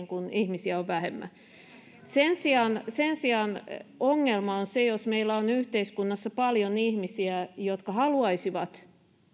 kun ihmisiä on vähemmän sen sijaan sen sijaan ongelma on se jos meillä on yhteiskunnassa paljon ihmisiä jotka haluaisivat